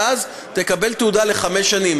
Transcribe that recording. ואז תקבל תעודה לחמש שנים.